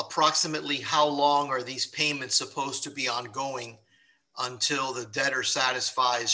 approximately how long are these payments supposed to be ongoing until the debtor satisfies